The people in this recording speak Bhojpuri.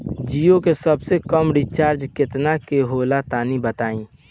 जीओ के सबसे कम रिचार्ज केतना के होला तनि बताई?